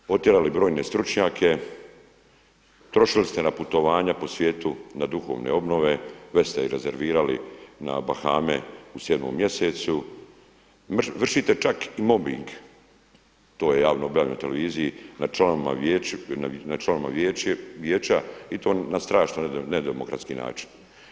Vi ste potjerali brojne stručnjake, trošili ste na putovanja po svijetu, na duhovne obnove, već se i rezervirali na Bahame u 7. mjesecu, vršite čak i mobing, to je javno objavljeno na televiziji nad članovima vijeća i to na strašno jedan ne demokratski način.